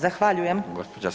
Zahvaljujem.